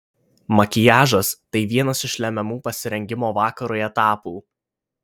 makiažas tai vienas iš lemiamų pasirengimo vakarui etapų